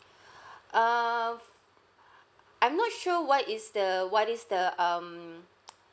err f~ I'm not sure that is the what is the um